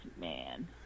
man